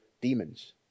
demons